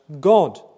God